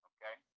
Okay